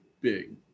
big